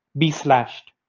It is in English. be slashed.